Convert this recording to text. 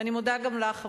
ואני מודה גם לך,